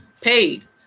paid